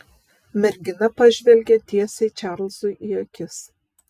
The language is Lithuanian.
mergina pažvelgė tiesiai čarlzui į akis